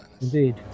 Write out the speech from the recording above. Indeed